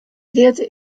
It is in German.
lehrte